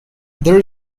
there